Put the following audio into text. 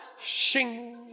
Shing